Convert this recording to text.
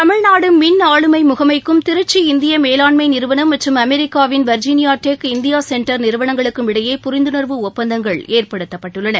தமிழ்நாடு மின் ஆளுமை முகமைக்கும் திருச்சி இந்திய மேலாண்மை நிறுவனம் மற்றும் அமெரிக்காவின் வர்ஜீனியா டெக் இந்தியா செண்டர் நிறுவனங்களுக்கும் இடையே புரிந்துணர்வு ஒப்பந்தங்கள் ஏற்படுத்தப்பட்டுள்ளன